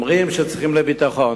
אומרים שצריכים לביטחון.